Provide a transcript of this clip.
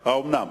האומנם?